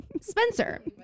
Spencer